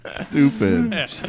Stupid